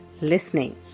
listening